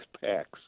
packs